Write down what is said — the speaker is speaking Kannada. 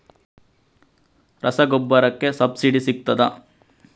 ರಸಗೊಬ್ಬರಕ್ಕೆ ಸಬ್ಸಿಡಿ ಸಿಗ್ತದಾ?